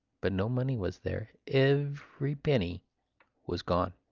but no money was there. every penny was gone.